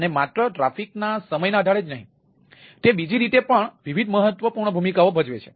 અને માત્ર ટ્રાફિકના સમયના આધારે જ નહીં તે બીજી રીતે પણ તે વિવિધ મહત્વપૂર્ણ ભૂમિકાઓ પણ ભજવે છે